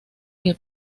que